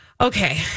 Okay